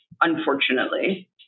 unfortunately